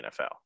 NFL